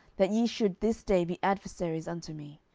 that ye should this day be adversaries unto me?